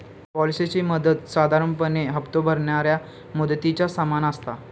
पॉलिसीची मुदत साधारणपणे हप्तो भरणाऱ्या मुदतीच्या समान असता